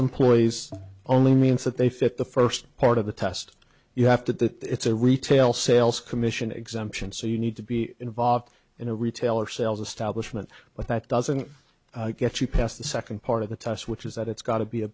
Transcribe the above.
employees only means that they fit the first part of the test you have to it's a retail sales commission exemption so you need to be involved in a retail or sales establishment but that doesn't get you past the second part of the test which is that it's got to be a